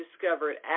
discovered